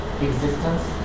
existence